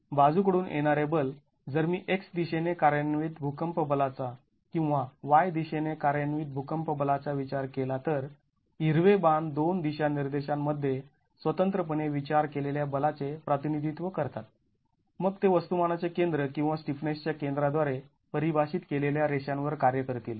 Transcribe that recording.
बाजू कडून येणारे बल जर मी x दिशेने कार्यान्वित भूकंप बलाचा किंवा y दिशेने कार्यान्वित भूकंप बलाचा विचार केला तर हिरवे बाण दोन दिशानिर्देशांमध्ये स्वतंत्रपणे विचार केलेल्या बलाचे प्रतिनिधित्व करतात मग ते वस्तुमानाचे केंद्र किंवा स्टिफनेसच्या केंद्राद्वारे परिभाषित केलेल्या रेषांवर कार्य करतील